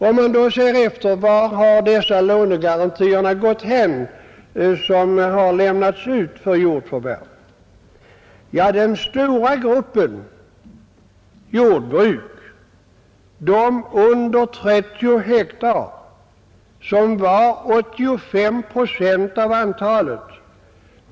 Vart har då dessa utlämnade lånegarantier gått?